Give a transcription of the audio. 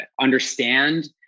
understand